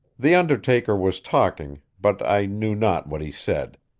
the undertaker was talking, but i knew not what he said.